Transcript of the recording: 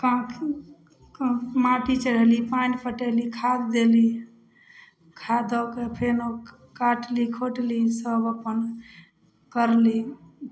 का का माटी चढ़ेली पानि पटेली खाद देली खाद दऽ कऽ फेनो काटली खोटली सब अपन करली